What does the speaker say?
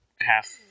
half